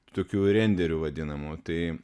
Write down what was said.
tokių renderių vadinamų tai